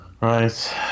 Right